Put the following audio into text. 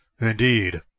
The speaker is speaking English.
Indeed